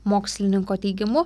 mokslininko teigimu